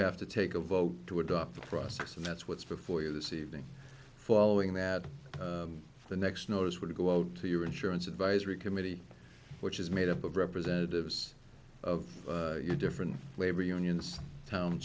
have to take a vote to adopt the process and that's what's before you this evening following that the next knows where to go out to your insurance advisory committee which is made up of representatives of you different labor unions town